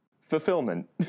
Fulfillment